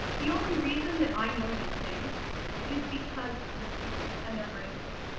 the only reason that i know these things is because of the students and their bravery.